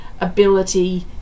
ability